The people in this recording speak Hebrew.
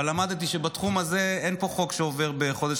אבל למדתי שבתחום הזה אין פה חוק שעובר בחודש,